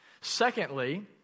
Secondly